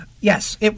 Yes